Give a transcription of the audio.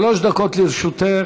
שלוש דקות לרשותך.